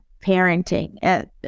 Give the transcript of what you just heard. parenting